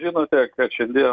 žinote kad šiandien